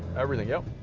everything, yep. i